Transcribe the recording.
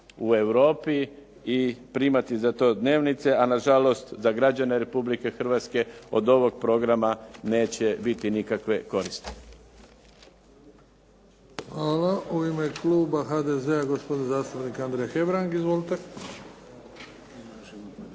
u Europi i primati za to dnevnice, a nažalost za građane Republike Hrvatske od ovog programa neće biti nikakve koristi. **Bebić, Luka (HDZ)** Hvala. U ime kluba HDZ-a gospodin zastupnik Andrija Hebrang. Izvolite.